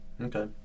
Okay